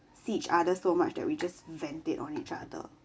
see each other so much that we just vent it on each other